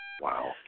Wow